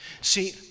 See